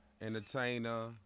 entertainer